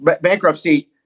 bankruptcy